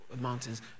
mountains